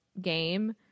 game